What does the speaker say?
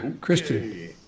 christian